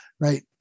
right